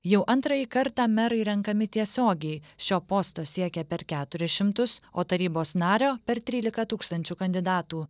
jau antrąjį kartą merai renkami tiesiogiai šio posto siekia per keturis šimtus o tarybos nario per trylika tūkstančių kandidatų